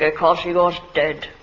because he was dead.